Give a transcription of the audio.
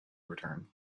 return